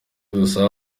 dusaba